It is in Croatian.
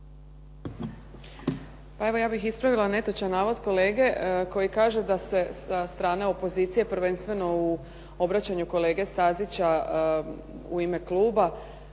Pa evo, ja bih ispravila netočan navod kolege koji kaže da se sa strane opozicije, prvenstveno u obraćanju kolege Stazića u ime kluba